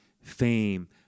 fame